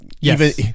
Yes